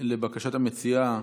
לבקשת המציעה,